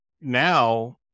now